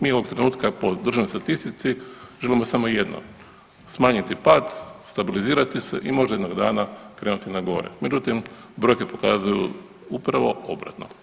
Mi ovog trenutka po državnoj statistici želimo samo jedno, smanjiti pad, stabilizirati se i možda jednog dana krenuti na gore, međutim brojke pokazuju upravo obratno.